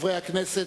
חברי הכנסת,